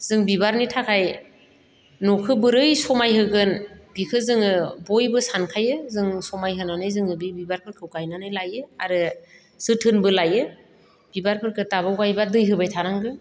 जों बिबारनि थाखाय न'खो बोरै समायहोगोन बिखो जोङो बयबो सानखायो जों समायहोनानै जोङो बे बिबारफोरखौ गायनानै लायो आरो जोथोनबो लायो बिबारफोरखो थाबाव गायब्ला दै होबाय थानांगो